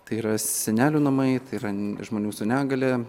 tai yra senelių namai tai yra žmonių su negalia